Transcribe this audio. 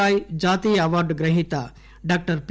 రాయ్ జాతీయ అవార్డు గ్రహిత డాక్టర్ పి